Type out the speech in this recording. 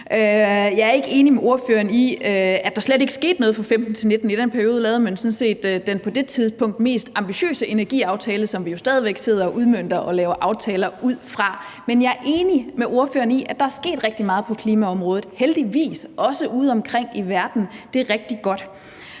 Jeg er ikke enig med ordføreren i, at der slet ikke skete noget fra 2015-2019. I den periode lavede man sådan set den på det tidspunkt mest ambitiøse energiaftale, som vi jo stadig væk sidder og udmønter og laver aftaler ud fra. Men jeg er enig med ordføreren i, at der er sket rigtig meget på klimaområdet, heldigvis også udeomkring i verden – det er rigtig godt.